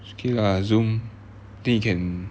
okay lah zoom I think you can